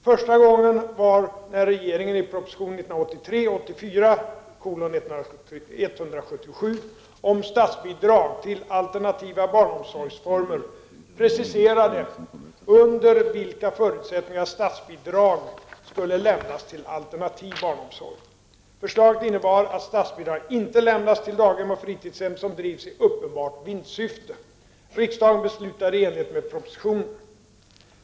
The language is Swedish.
Första gången var när regeringen i propositionen 1983 84:31, rskr. 387).